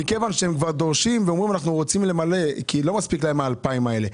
כי לא מספיק להם ה-2,000 האלה.